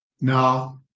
now